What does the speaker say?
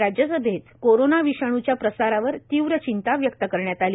आज राज्यसभेत कोरोना विषाणुच्या प्रसारावर तीव्र चिंता व्यक्त करण्यात आली